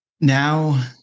now